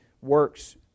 works